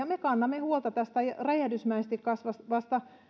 me kannamme huolta tästä räjähdysmäisesti kasvavasta